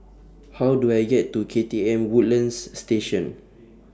How Do I get to K T M Woodlands Station